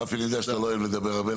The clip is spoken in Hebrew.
רפי אני יודע שאתה לא אוהב לדבר הרבה,